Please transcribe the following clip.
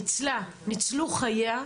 ניצלו חייה,